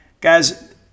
Guys